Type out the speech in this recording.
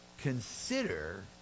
consider